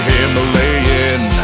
Himalayan